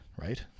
right